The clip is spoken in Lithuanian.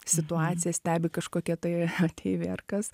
situaciją stebi kažkokie tai ateiviai ar kas